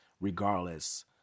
regardless